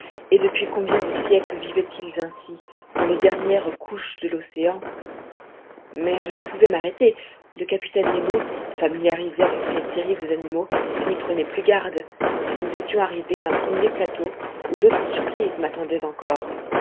et depuis combien de siècles vivaient-ils ainsi dans les dernières couches de l'océan mais je ne pouvais m'arrêter le capitaine nemo familiarisé avec ces terribles animaux n'y prenait plus garde nous étions arrivés à un premier plateau ou d'autres surprises m'attendaient encore